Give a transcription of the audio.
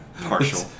Partial